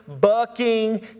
bucking